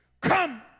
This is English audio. come